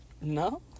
No